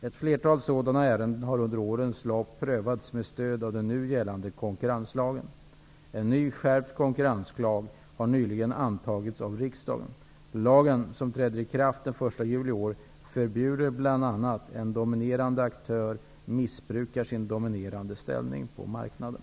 Ett flertal sådana ärenden har under årens lopp prövats med stöd av den nu gällande konkurrenslagen. En ny skärpt konkurrenslag har nyligen antagits av riksdagen. Lagen, som träder i kraft den 1 juli i år, förbjuder bl.a. att en dominerande aktör missbrukar sin dominerande ställning på marknaden.